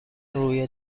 روی